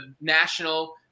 national